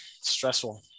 Stressful